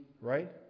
right